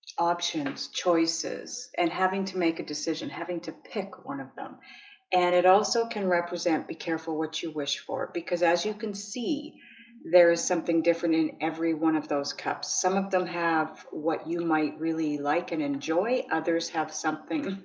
options choices and having to make a decision having to pick one of them and it also can represent be careful what you wish for because as you can see there is something different in every one of those cups. some of them have what you might really like and enjoy others have something